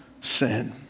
sin